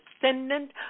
descendant